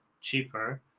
cheaper